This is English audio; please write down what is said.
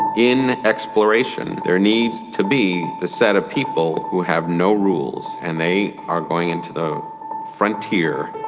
in exploration there needs to be the set of people who have no rules, and they are going into the frontier.